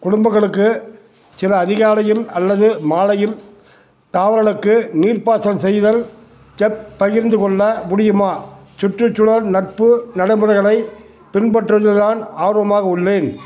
குடும்பங்களுக்கு சில அதிகாலையில் அல்லது மாலையில் தாவரளக்கு நீர்ப்பாசனம் செய்தல் ஜப் பகிர்ந்துக் கொள்ள முடியுமா சுற்றுச்சூழல் நட்பு நடைமுறைகளை பின்பற்றுவதில் நான் ஆர்வமாக உள்ளேன்